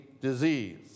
disease